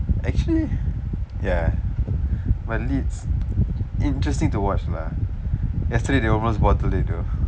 actually ya my leads interesting to watch lah yesterday they almost bottled it though